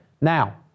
Now